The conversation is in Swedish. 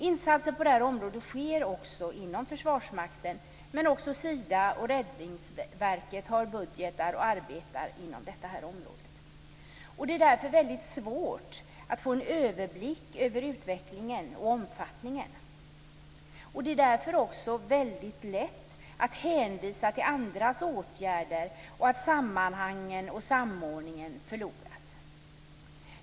Insatser på det här området sker också inom Försvarsmakten. Också Sida och Räddningsverket har budgetar och arbetar inom det här området. Det är därför väldigt svårt att få en överblick över utvecklingen och omfattningen. Det är väldigt lätt att man hänvisar till andras åtgärder och att sammanhangen och samordningen förloras.